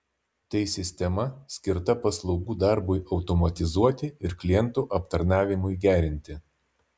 tai sistema skirta paslaugų darbui automatizuoti ir klientų aptarnavimui gerinti